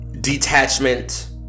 detachment